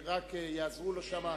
יעזרו לו שם.